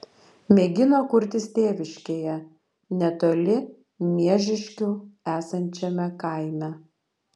mėgino kurtis tėviškėje netoli miežiškių esančiame kaime